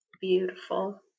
Beautiful